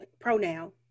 pronoun